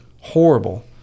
horrible